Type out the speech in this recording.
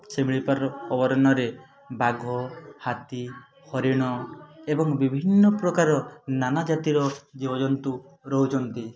ଶିମିଳିପାଳ ଅଭୟାରଣ୍ୟରେ ବାଘ ହାତୀ ହରିଣ ଏବଂ ବିଭିନ୍ନ ପ୍ରକାର ନାନା ଜାତିର ଜୀବଜନ୍ତୁ ରହୁଛନ୍ତି